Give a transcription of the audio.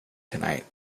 tonight